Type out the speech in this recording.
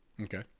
Okay